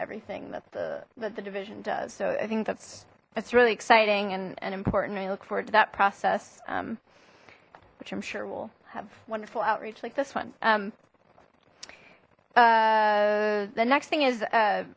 everything that the that the division does so i think that's it's really exciting and important we look forward to that process um which i'm sure will have wonderful outreach like this one um the next thing is